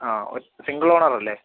ആ സിംഗിൾ ഓണറല്ലെ